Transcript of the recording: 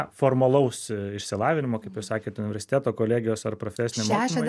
formalaus išsilavinimo kaip jūs sakėt universiteto kolegijos ar profesinio mokymo